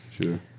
sure